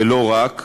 ולא רק,